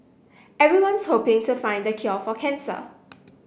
everyone's hoping to find the cure for cancer